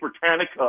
Britannica